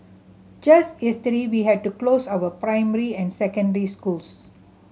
just yesterday we had to close our primary and secondary schools